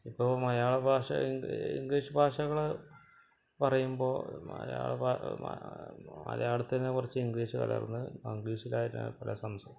ഇപ്പോൾ മലയാള ഭാഷ ഇം ഇംഗ്ലീഷ് ഭാഷകൾ പറയുമ്പോൾ മലയാള ബ മലയാളത്തിനെ കുറച്ച് ഇംഗ്ലീഷ് കലര്ന്ന് മംഗ്ലീഷിലായെന്നു ത്രെ സംസ്